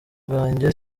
bwanjye